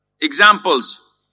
examples